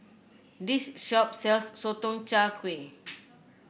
this shop sells Sotong Char Kway